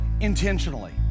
intentionally